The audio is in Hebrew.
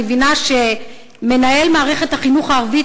אני מבינה שמנהל מערכת החינוך הערבית,